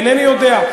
אינני יודע.